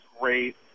great